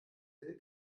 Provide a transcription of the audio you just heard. will